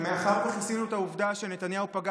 מאחר שכיסינו את העובדה שנתניהו פגע